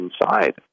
inside